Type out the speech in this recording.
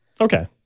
Okay